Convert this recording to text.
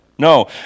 No